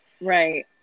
Right